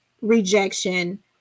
rejection